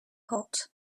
hot